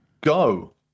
Go